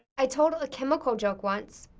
i told a chemical joke once,